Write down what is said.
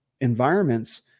environments